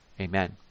Amen